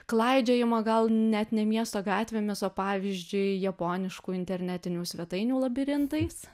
klaidžiojimą gal net ne miesto gatvėmis o pavyzdžiui japoniškų internetinių svetainių labirintais